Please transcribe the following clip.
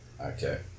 Okay